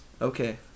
Okay